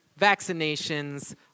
vaccinations